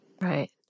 Right